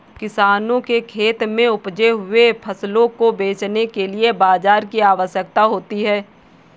किसानों के खेत में उपजे हुए फसलों को बेचने के लिए बाजार की आवश्यकता होती है